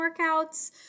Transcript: workouts